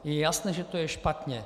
Je jasné, že to je špatně.